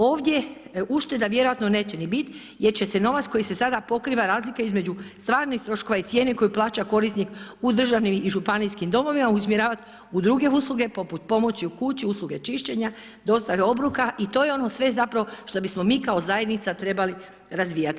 Ovdje vjerojatno ušteda neće ni biti, jer će se novac koji se sada pokriva, razlika između stvarnih troškova i cijene koju plaća korisnik u državnim i županijskim domovima usmjerava u druge usluge poput pomoći u kući, usluge čišćenja, dostave obroka i to je ono sve zapravo što bismo mi kao zajednica trebali razvijati.